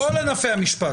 בכל ענפי המשפט.